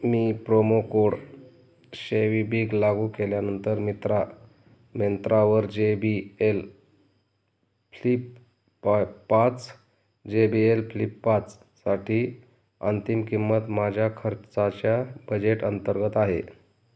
मी promo code शेवीबीग लागू केल्यानंतर मित्रा मेंत्रावर जे बी एल फ्लिप पा पाच जे बी एल फ्लिप पाचसाठी अंतिम किंमत माझ्या खर्चाच्या बजेट अंतर्गत आहे